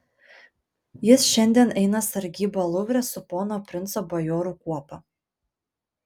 jis šiandien eina sargybą luvre su pono princo bajorų kuopa